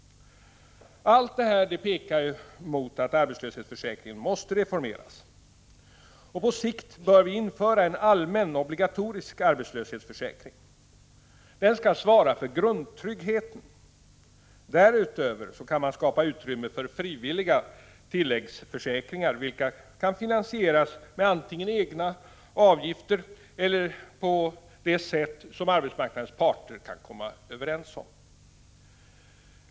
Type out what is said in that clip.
Allt detta pekar mot att arbetslöshetsförsäkringen måste reformeras. På sikt bör vi införa en allmän obligatorisk arbetslöshetsförsäkring. Den skall svara för grundtryggheten. Därutöver kan man skapa utrymme för frivilliga tilläggsförsäkringar, vilka kan finansieras med antingen egna avgifter eller på det sätt som arbetsmarknadens parter kan komma överens om.